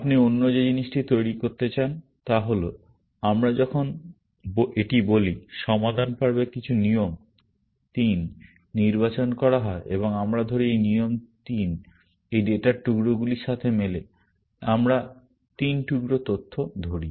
আপনি অন্য যে জিনিসটি করতে চান তা হল কারণ আমরা যখন এটি বলি সমাধান পর্বে কিছু নিয়ম 3 নির্বাচন করা হয় এবং আমরা ধরি এই নিয়ম 3 এই ডেটার টুকরোগুলির সাথে মেলে আমরা 3 টুকরা তথ্য ধরি